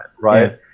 right